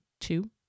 two